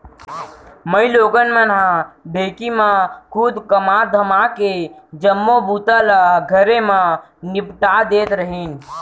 माइलोगन मन ह ढेंकी म खुंद कमा धमाके जम्मो बूता ल घरे म निपटा देत रहिन